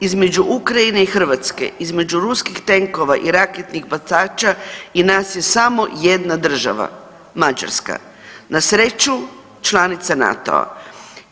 Između Ukrajine i Hrvatske, između ruskih tenkova i raketnih bacača i nas je samo jedna država Mađarska, na sreću članica NATO-a.